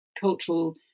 cultural